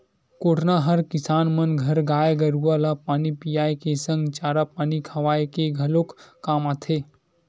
कोटना हर किसान मन घर गाय गरुवा ल पानी पियाए के संग चारा पानी खवाए के घलोक काम आथे